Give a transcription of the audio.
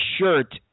shirt